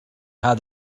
how